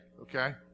okay